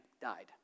died